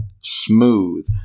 smooth